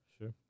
sure